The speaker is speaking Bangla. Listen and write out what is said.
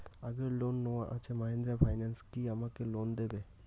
আগের লোন নেওয়া আছে মাহিন্দ্রা ফাইন্যান্স কি আমাকে লোন দেবে?